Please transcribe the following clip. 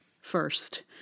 first